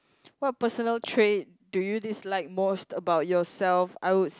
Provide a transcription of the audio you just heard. what personal trait do you dislike most about yourself I would